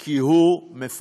כי הוא מפחד.